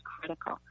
critical